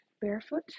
barefoot